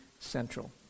central